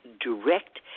direct